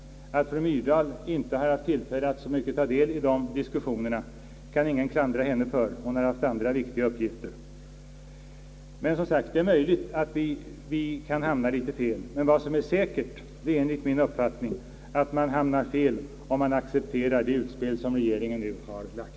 Att fru Myrdal inte har haft tillfälle att så mycket ta del i de diskussionerna kan ingen klandra henne för. Hon har haft andra viktiga uppgifter. Det är alltså möjligt att vi kan hamna litet fel. Men vad som enligt min uppfattning är alldeles säkert, det är att man inte kan undgå att hamna fel om man accepterar det utspel som regeringen nu har gjort.